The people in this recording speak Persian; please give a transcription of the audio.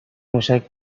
موشک